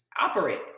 operate